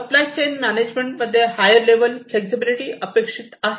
supply chain management मध्ये higher level flexibility अपेक्षित आहे